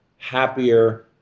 happier